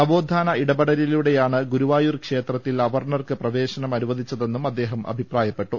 നവോത്ഥാന ഇടപെടലിലൂടെയാണ് ഗുരുവായൂർ ക്ഷേത്രത്തിൽ അവർണർക്ക് പ്രവേശനം അനുവദിച്ചതെന്നും അദ്ദേഹം അഭിപ്രായപ്പെട്ടു